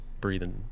breathing